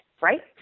right